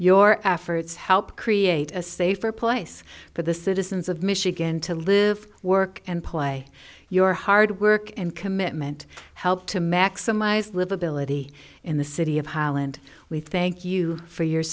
your efforts helped create a safer place for the citizens of michigan to live work and play your hard work and commitment help to maximize livability in the city of holland we thank you for your